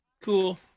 Cool